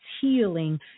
healing